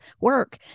work